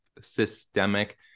systemic